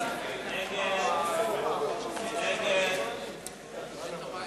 הכנסת רחל אדטו לא